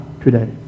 today